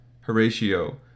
Horatio